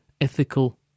ethical